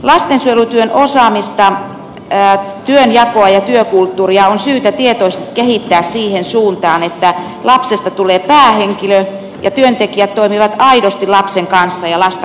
lastensuojelutyön osaamista työnjakoa ja työkulttuuria on syytä tietoisesti kehittää siihen suuntaan että lapsesta tulee päähenkilö ja työntekijät toimivat aidosti lapsen kanssa ja lasta kuunnellen